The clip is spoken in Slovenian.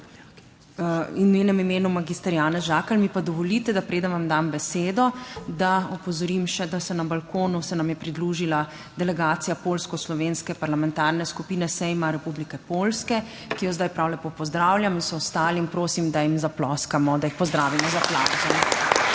v njenem imenu magister Janez Žakelj. Mi pa dovolite, preden vam dam besedo, da opozorim, da se nam je na balkonu pridružila delegacija Poljsko-slovenske parlamentarne skupine Sejma Republike Poljske, ki jo prav lepo pozdravljam. Tudi vse ostale prosim, da jim zaploskamo, da jih pozdravimo z aplavzom.